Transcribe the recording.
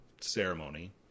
ceremony